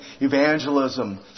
Evangelism